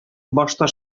башта